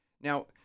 Now